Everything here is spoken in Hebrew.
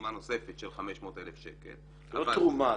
תרומה נוספת של 500,000 שקל -- זה לא תרומה.